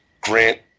Grant